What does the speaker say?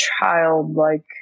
childlike